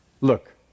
look